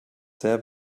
sehr